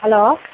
hello